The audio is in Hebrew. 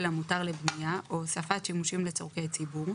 המותר לבנייה או הוספת שימושים לצרכי ציבור,